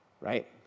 right